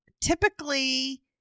typically